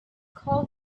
called